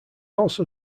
also